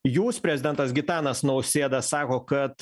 jūs prezidentas gitanas nausėda sako kad